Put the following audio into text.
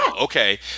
okay